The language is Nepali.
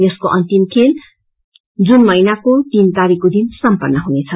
यसको अन्तीम खेल जुन महिनाको तीन तारीखको दिन सम्पन्न हुनेछ